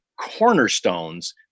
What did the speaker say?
cornerstones